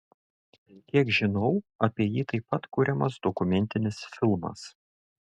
kiek žinau apie jį taip pat kuriamas dokumentinis filmas